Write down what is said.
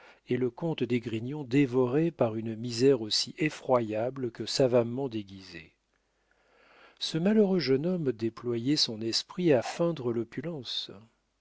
et le comte d'esgrignon dévoré par une misère aussi effroyable que savamment déguisée ce malheureux jeune homme déployait son esprit à feindre l'opulence